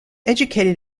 educated